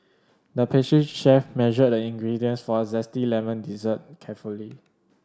the pastry chef measured the ingredients for a zesty lemon dessert carefully